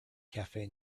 cafe